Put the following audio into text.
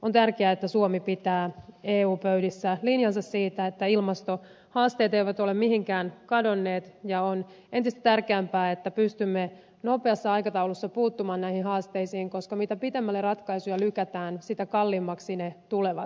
on tärkeää että suomi pitää eu pöydissä linjansa siitä että ilmastohaasteet eivät ole mihinkään kadonneet ja on entistä tärkeämpää että pystymme nopeassa aikataulussa puuttumaan näihin haasteisiin koska mitä pitemmälle ratkaisuja lykätään sitä kalliimmaksi ne tulevat